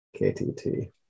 KTT